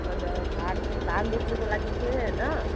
हजुर धान धान रोप्नुको लागि चाहिँ होइन